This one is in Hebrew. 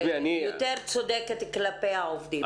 יותר צודקת כלפי העובדים.